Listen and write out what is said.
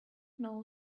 know